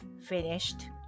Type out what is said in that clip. finished